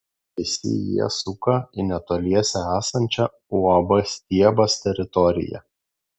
visi jie suka į netoliese esančią uab stiebas teritoriją